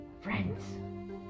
friends